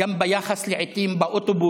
גם ביחס, לעיתים, באוטובוס,